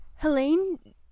Helene